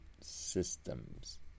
systems